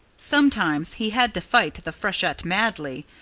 sometimes he had to fight the freshet madly,